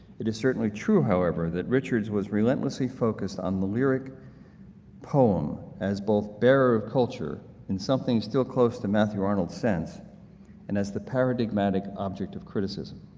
it is certainly true however that richards was relentlessly focused on the lyric poem as both bearer of culture and something still close to matthew arnold's sense and as the paradigmatic object of criticism.